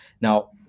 Now